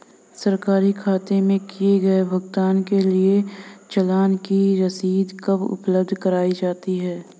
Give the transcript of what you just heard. सरकारी खाते में किए गए भुगतान के लिए चालान की रसीद कब उपलब्ध कराईं जाती हैं?